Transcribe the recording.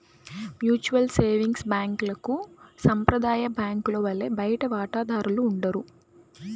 mutual savings బ్యాంక్లకు సాంప్రదాయ బ్యాంకుల వలె బయటి వాటాదారులు ఉండరు